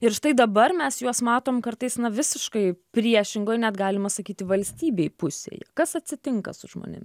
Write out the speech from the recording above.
ir štai dabar mes juos matom kartais visiškai priešingoj net galima sakyti valstybei pusėj kas atsitinka su žmonėm